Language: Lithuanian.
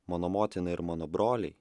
mano motina ir mano broliai